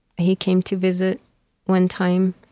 he came to visit one time,